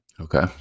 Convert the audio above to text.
Okay